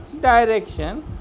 direction